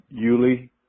Yuli